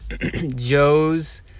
Joe's